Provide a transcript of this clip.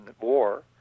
war